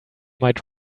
might